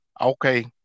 okay